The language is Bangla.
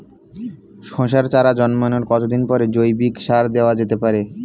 শশার চারা জন্মানোর কতদিন পরে জৈবিক সার দেওয়া যেতে পারে?